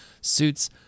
suits